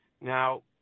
Now